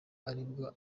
aribwo